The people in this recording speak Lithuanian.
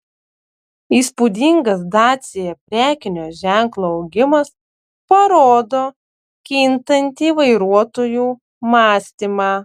įspūdingas dacia prekinio ženklo augimas parodo kintantį vairuotojų mąstymą